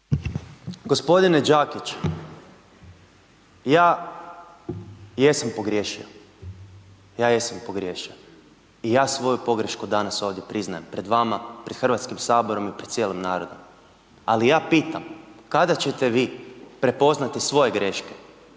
Gospodine Đakić, ja jesam pogriješio, ja jesam pogriješio i ja svoju pogrešku danas ovdje priznajem, pred vama, pred Hrvatskim saborom i pred cijelim narodom. Ali, ja pitam, kada ćete vi prepoznati svoje greške